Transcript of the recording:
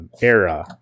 era